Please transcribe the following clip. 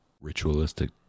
ritualistic